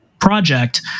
project